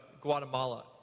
Guatemala